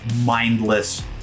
mindless